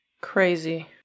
Crazy